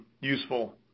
useful